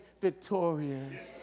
victorious